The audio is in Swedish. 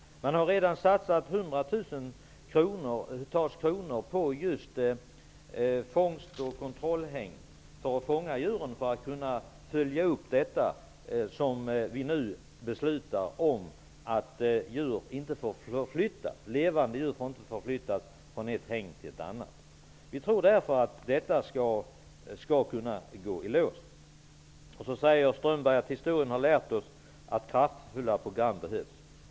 Man har redan satsat hundratusentals kronor på just fångst och kontrollhägn, för att fånga djuren och kunna följa upp det som vi nu beslutar, dvs. att levande djur inte får förflyttas från ett hägn till ett annat. Vi tror därför att detta skall gå i lås. Strömberg säger att historien har lärt oss att det behövs kraftfulla program.